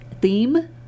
Theme